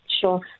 Sure